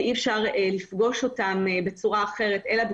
שלושה הייתה לנו שיחה כבר עם שירות ההדרכה והמקצוע